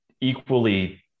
equally